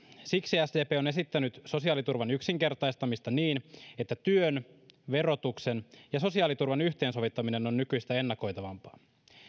siksi sdp on esittänyt sosiaaliturvan yksinkertaistamista niin että työn verotuksen ja sosiaaliturvan yhteensovittaminen on nykyistä ennakoitavampaa